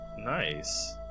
Nice